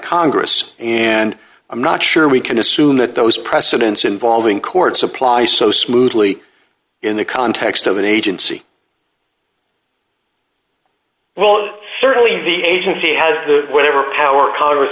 congress and i'm not sure we can assume that those precedents involving court supply so smoothly in the context of an agency well certainly the agency has the whatever power congress